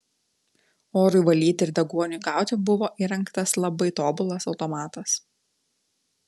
orui valyti ir deguoniui gauti buvo įrengtas labai tobulas automatas